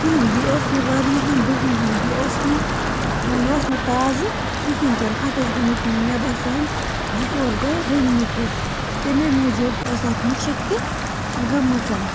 کِہیٖنۍ بیٚیہِ اوس یہِ واریاہَن دۄہَن ہُنٛد یہِ اوس نہٕ یہِ اوس نہٕ تازٕ کِہیٖنۍ تہِ نہٕ اَتھ ٲسۍ گٔمٕتۍ مےٚ باسان زٕ ژور دۄہ رٔنۍ مٕتِس تَمے موٗجوٗب ٲس اَتھ مُشک تہِ گٔمٕژَن